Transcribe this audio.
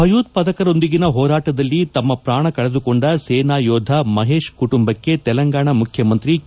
ಭಯೋತ್ಪಾದಕರೊಂದಿಗಿನ ಹೋರಾಟದಲ್ಲಿ ತಮ್ಮ ಪ್ರಾಣ ಕಳೆದುಕೊಂಡ ಸೇನಾ ಯೋಧ ಮಹೇಶ್ ಕುಟುಂಬಕ್ಕೆ ತೆಲಂಗಾಣ ಮುಖ್ಯಮಂತ್ರಿ ಕೆ